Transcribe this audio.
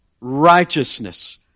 righteousness